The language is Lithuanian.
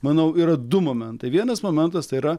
manau yra du momentai vienas momentas tai yra